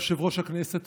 יושב-ראש הכנסת,